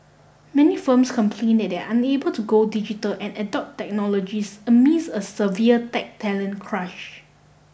many firms complain that they are unable to go digital and adopt technologies amid a severe tech talent crunch